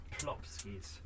plopskis